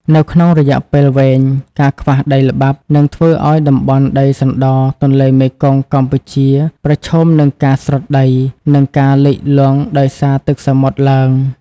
នៅក្នុងរយៈពេលវែង ការខ្វះដីល្បាប់នឹងធ្វើឱ្យតំបន់ដីសណ្ដរទន្លេមេគង្គកម្ពុជាប្រឈមនឹងការស្រុតដី និងការលិចលង់ដោយសារទឹកសមុទ្រឡើង។